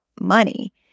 money